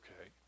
okay